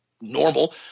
normal